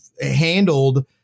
handled